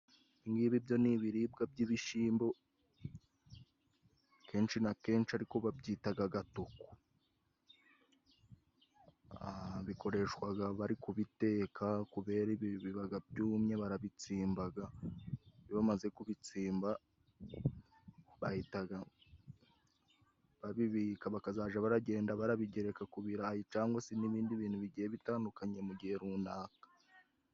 Ibingibi byo ni ibiribwa by'ibishimbo kenshi na kenshi ariko babyitaga gatuku. Bikoreshwaga bari kubiteka kubera bibaga byumye barabitsimbaga, iyo bamaze kubitsimba bahitaga babibika bakazaja baragenda barabigereka ku birarayi cangwa se n'ibindi bintu bigiye bitandukanye mu gihe runaka.